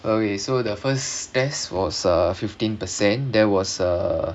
okay so the first test was uh fifteen percent that was uh